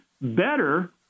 better